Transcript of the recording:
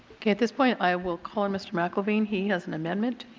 okay. at this point i will call on mr. mcelveen. he has an amendment.